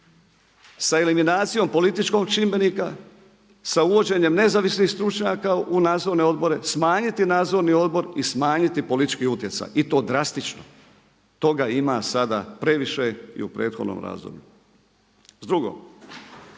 sa eliminacijom političkog čimbenike, sa uvođenjem nezavisnih stručnjaka u nadzorne odbore, smanjiti nadzorni odbor i smanjiti politički utjecaj i to drastično. Toga ima sada previše i u prethodnom razdoblju. Drugo,